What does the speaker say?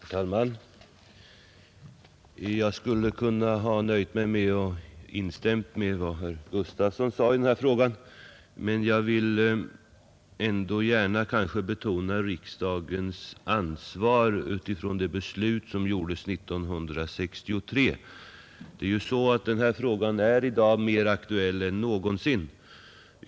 Herr talman! Jag skulle ha kunnat nöja mig med att instämma i vad herr Gustafson i Göteborg sade i denna fråga, men jag vill ändå gärna betona riksdagens ansvar utifrån det beslut som fattades 1963. Den här frågan är i dag mera aktuell än någonsin.